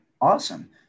Awesome